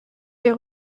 des